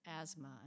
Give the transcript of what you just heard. asthma